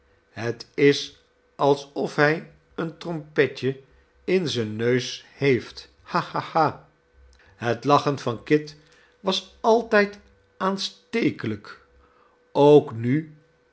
het is alsof hij een trompetje in zijn neus heeft ha ha ha het lachen van kit was altijd aanstekelijk ook nu